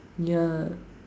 ya